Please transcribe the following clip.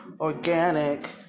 organic